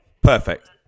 Perfect